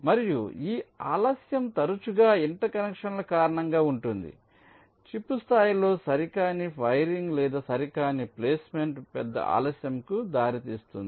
మరియు ఈ ఆలస్యం తరచుగా ఇంటర్ కనెక్షన్ల కారణంగా ఉంటుంది చిప్ స్థాయిలో సరికాని వైరింగ్ లేదా సరికాని ప్లేస్మెంట్ పెద్ద ఆలస్యంకు దారితీస్తుంది